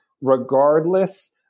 Regardless